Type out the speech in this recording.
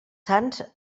sants